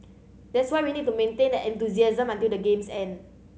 that's why we need to maintain that enthusiasm until the games end